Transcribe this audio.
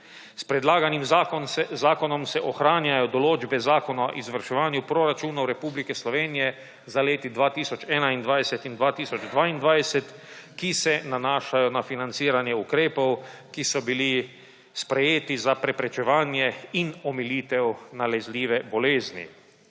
S predlaganim zakonom se ohranjajo določbe Zakona o izvrševanju proračunov Republike Slovenije za leti 2021 in 2022, ki se nanašajo na financiranje ukrepov, ki so bili sprejeti za preprečevanje in omilitev nalezljive bolezni.